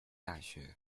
大学